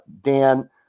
Dan